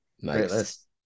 Nice